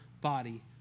body